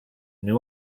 new